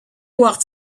walked